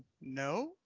No